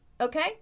Okay